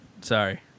Sorry